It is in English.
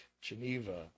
Geneva